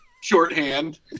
Shorthand